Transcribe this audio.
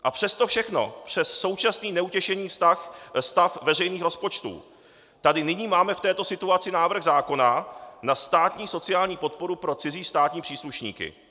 A přes to všechno, přes současný neutěšený stav veřejných rozpočtů tady nyní máme v této situaci návrh zákona na státní sociální podporu pro cizí státní příslušníky.